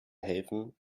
helfen